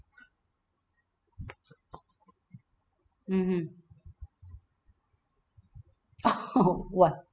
mmhmm oh !wah!